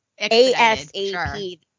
ASAP